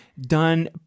Done